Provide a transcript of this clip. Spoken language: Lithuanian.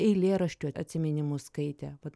eilėraščių atsiminimus skaitė vat